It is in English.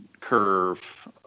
curve